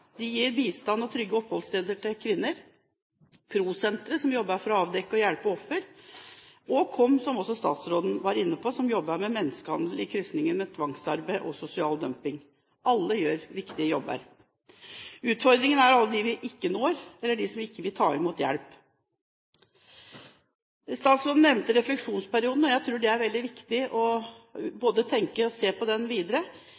De gir bistand og trygge oppholdssteder til kvinner. Pro Sentret, som jobber for å avdekke og hjelpe ofre, er et annet. KOM var også statsråden inne på. De jobber med menneskehandel i krysningen mellom tvangsarbeid og sosial dumping. Alle gjør en viktig jobb. Utfordringen er alle dem vi ikke når, eller de som ikke vil ta imot hjelp. Statsråden nevnte refleksjonsperioden. Jeg tror det er veldig viktig å se på den videre.